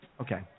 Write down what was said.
Okay